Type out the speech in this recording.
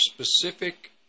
specific